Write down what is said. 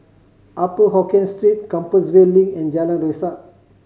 Upper Hokkien Street Compassvale Link and Jalan Resak